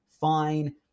fine